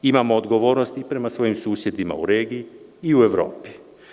Imamo odgovornost i prema svojim susjedima u regiji i u Evropi.